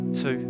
Two